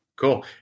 Cool